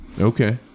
Okay